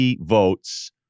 votes